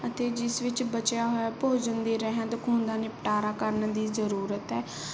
ਅਤੇ ਜਿਸ ਵਿੱਚ ਬਚਿਆ ਹੋਇਆ ਭੋਜਨ ਦੀ ਰਹਿੰਦ ਖੂੰਹਦ ਦਾ ਨਿਪਟਾਰਾ ਕਰਨ ਦੀ ਜ਼ਰੂਰਤ ਹੈ